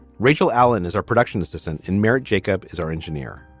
rachel allen is our production assistant in marriage. jacob is our engineer.